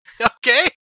okay